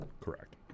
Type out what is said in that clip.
Correct